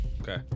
Okay